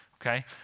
okay